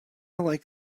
like